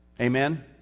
Amen